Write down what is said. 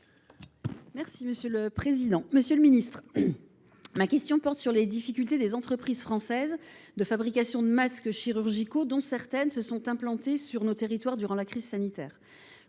et numérique. Monsieur le ministre, ma question porte sur les difficultés rencontrées par les entreprises françaises de fabrication de masques chirurgicaux, dont certaines se sont implantées dans nos territoires durant la crise sanitaire.